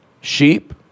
sheep